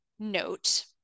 note